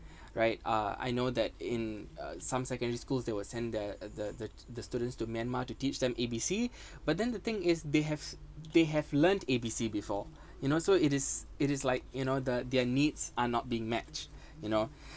right uh I know that in uh some secondary schools that were sent the the the the students to Myanmar to teach them A_B_C but then the thing is they have they have learnt A_B_C before you know so it is it is like you know the their needs are not being matched you know